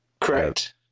Correct